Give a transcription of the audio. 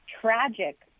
tragic